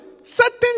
certain